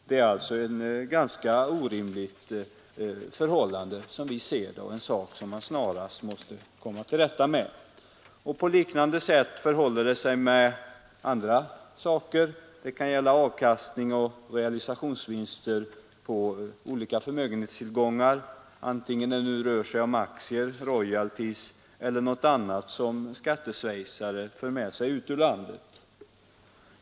Det är ett ganska orimligt förhållande, som man snarast måste komma till rätta med. På liknande sätt förhåller det sig i andra sammanhang. Det kan gälla avkastning och realisationsvinster på olika förmögenhetstillgångar, antingen det nu rör sig om aktier, royalties eller något annat som skatteschweizare för med sig ut ur landet.